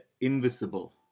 Invisible